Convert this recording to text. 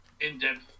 in-depth